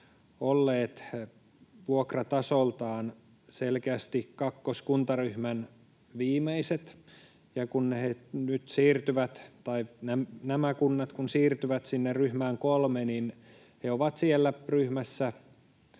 olleet vuokratasoltaan selkeästi kakkoskuntaryhmän viimeiset, ja kun nämä kunnat nyt siirtyvät sinne ryhmään kolme, niin ne ovat siellä tämän